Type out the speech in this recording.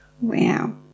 Wow